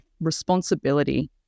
responsibility